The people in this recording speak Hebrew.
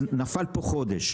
נפל פה חודש.